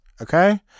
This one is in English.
okay